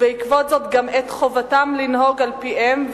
ובעקבות זאת גם את חובתם לנהוג על-פיהם,